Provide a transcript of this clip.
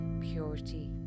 purity